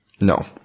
No